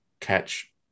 catch